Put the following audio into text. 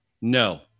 no